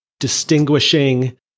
distinguishing